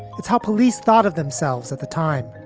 it's how police thought of themselves at the time.